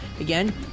Again